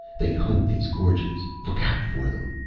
they hunt these gorges. look out for them.